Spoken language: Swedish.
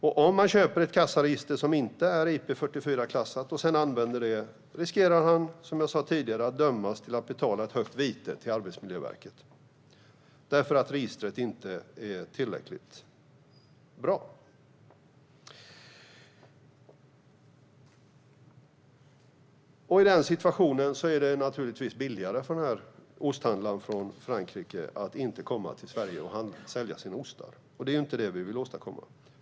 Om han köper ett kassaregister som inte är IP44-klassat och sedan använder det riskerar han, som jag sa tidigare, att dömas att betala ett högt vite till Arbetsmiljöverket därför att registret inte är tillräckligt bra. I den situationen är det naturligtvis billigare för osthandlaren från Frankrike att inte komma till Sverige och sälja sina ostar, och det var ju inte vad vi ville åstadkomma.